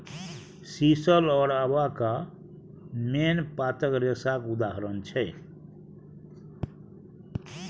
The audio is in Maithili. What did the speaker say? सीशल आओर अबाका मेन पातक रेशाक उदाहरण छै